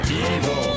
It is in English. evil